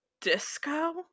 disco